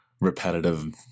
repetitive